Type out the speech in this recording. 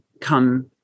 come